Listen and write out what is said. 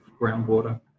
groundwater